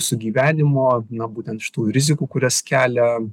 sugyvenimo na būtent šių rizikų kurias kelia